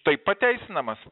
taip pateisinamas